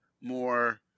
more